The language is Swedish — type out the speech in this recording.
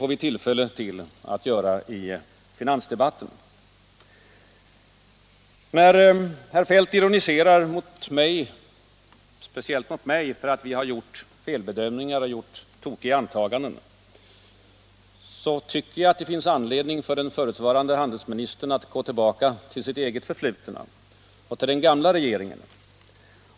När herr Feldt ironiserar speciellt mot mig för att, som han menar, regeringen har gjort felbedömningar och tokiga antaganden tycker jag att det finns anledning för den förutvarande handelsministern att gå tillbaka till sitt eget förflutna och till den gamla regeringen.